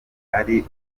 ari